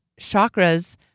chakras